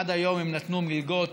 עד היום הם נתנו מלגות